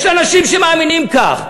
יש אנשים שמאמינים כך.